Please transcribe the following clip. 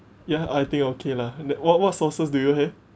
ya I think okay lah the~ what what sauces do you have